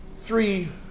three